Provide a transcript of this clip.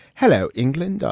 hello, england. ah